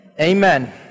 Amen